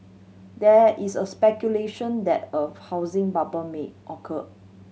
there is a speculation that a housing bubble may occur